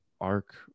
arc